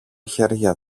χέρια